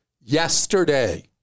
yesterday